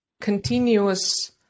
continuous